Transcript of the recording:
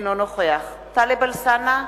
אינו נוכח טלב אלסאנע,